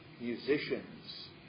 musicians